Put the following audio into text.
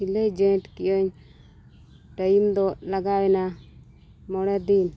ᱥᱤᱞᱟᱹᱭ ᱡᱚᱭᱮᱱᱴ ᱠᱮᱜ ᱟᱹᱧ ᱴᱟᱭᱤᱢ ᱫᱚ ᱞᱟᱜᱟᱣᱮᱱᱟ ᱢᱚᱬᱮ ᱫᱤᱱ